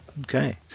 Okay